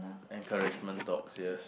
encouragement talks yes